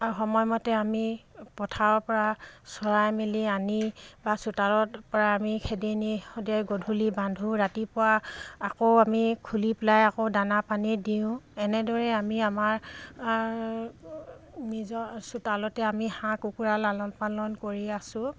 সময়মতে আমি পথাৰৰপৰা চৰাই মেলি আনি বা চোতালৰপৰা আমি খেদি নি সদায় গধূলি বান্ধো ৰাতিপুৱা আকৌ আমি খুলি পেলাই আকৌ দানা পানী দিওঁ এনেদৰে আমি আমাৰ নিজৰ চোতালতে আমি হাঁহ কুকুৰা লালন পালন কৰি আছো